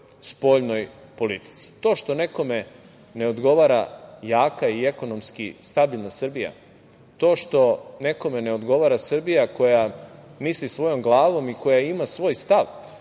spoljnoj politici. To što nekome ne odgovara jaka i ekonomski stabilna Srbija, to što nekome ne odgovara Srbija koja misli svojom glavom i koja ima svoj stav,